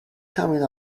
coming